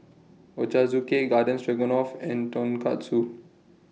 Ochazuke Garden Stroganoff and Tonkatsu